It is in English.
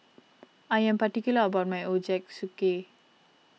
I am particular about my Ochazuke